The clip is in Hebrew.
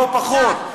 לא פחות,